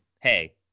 hey